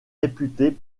réputée